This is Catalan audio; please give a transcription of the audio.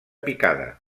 picada